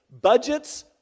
budgets